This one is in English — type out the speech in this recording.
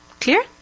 Clear